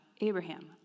Abraham